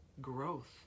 growth